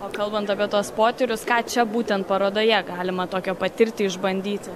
o kalbant apie tuos potyrius ką čia būtent parodoje galima tokio patirti išbandyti